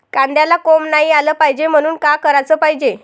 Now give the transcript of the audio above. कांद्याला कोंब नाई आलं पायजे म्हनून का कराच पायजे?